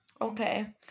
okay